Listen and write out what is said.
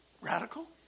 radical